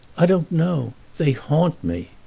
i don't know they haunt me.